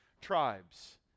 tribes